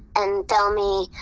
and tell me,